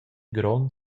grond